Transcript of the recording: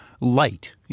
light